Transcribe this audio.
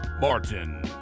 martin